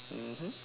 mmhmm